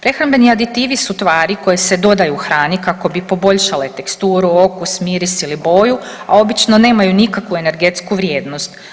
Prehrambeni aditivi su tvari koje se dodaju hrani kako bi poboljšale teksturu, okus, miris ili boju, a obično nemaju nikakvu energetsku vrijednost.